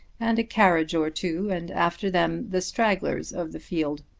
and a carriage or two, and after them the stragglers of the field.